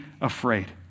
afraid